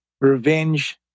revenge